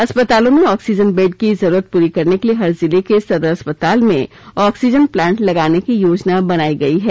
अस्पतालों में oxygen bed की जरूरत पूरी करने के लिए हर जिले के सदर अस्पताल में ऑक्सीजन प्लांट लगाने की योजना बनायी है